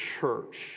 church